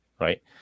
right